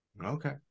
okay